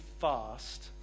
fast